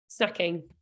Snacking